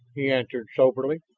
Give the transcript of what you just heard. he answered soberly.